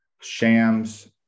Sham's